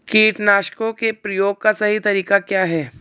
कीटनाशकों के प्रयोग का सही तरीका क्या है?